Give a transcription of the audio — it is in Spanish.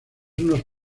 unos